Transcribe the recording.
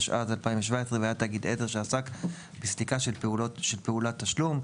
התשע"ז-2017‏ והיה תאגיד עזר שעסק בסליקה של פעולת תשלום".